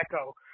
Echo